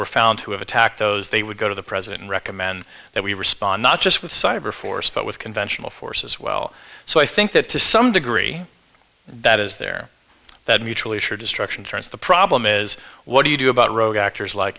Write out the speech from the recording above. were found to have attacked those they would go to the president and recommend that we respond not just with cyber force but with conventional force as well so i think that to some degree that is there that mutually assured destruction turns the problem is what do you do about rogue actors like